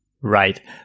Right